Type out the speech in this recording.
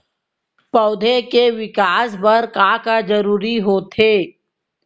पौधे के विकास बर का का जरूरी होथे?